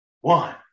one